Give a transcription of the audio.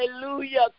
hallelujah